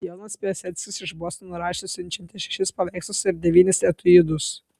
jonas piaseckis iš bostono rašė siunčiantis šešis paveikslus ir devynis etiudus